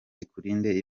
ikurinde